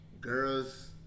girls